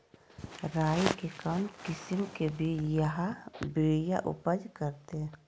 राई के कौन किसिम के बिज यहा बड़िया उपज करते?